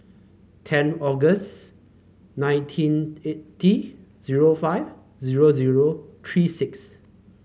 ten August nineteen eighty zero five zero zero three six